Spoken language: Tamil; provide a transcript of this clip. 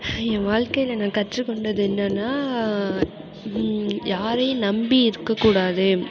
என் வாழ்க்கையில் நான் கற்றுக்கொண்டது என்னென்னா யாரையும் நம்பி இருக்கக்கூடாது